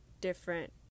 different